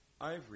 Ivory